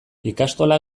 ikastola